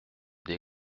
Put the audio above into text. des